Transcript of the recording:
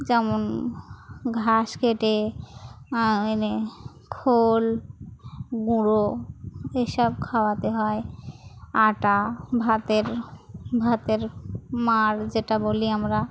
যেমন ঘাস কেটে এনে খোল গুঁড়ো এসব খাওয়াতে হয় আটা ভাতের ভাতের মাড় যেটা বলি আমরা